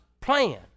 plan